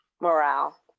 Morale